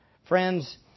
Friends